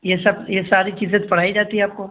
یہ سب یہ ساری چیزیں پڑھائی جاتی ہے آپ کو